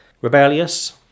rebellious